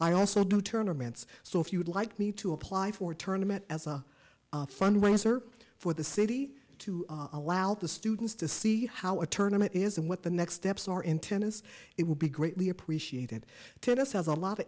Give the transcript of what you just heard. i also do tournaments so if you would like me to apply for tournament as a fundraiser for the city to allow the students to see how a turn on it is and what the next steps are in tennis it will be greatly appreciated tennis has a lot of